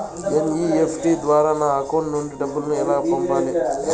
NEFT ద్వారా నా account నుండి డబ్బులు ఎలా పంపాలి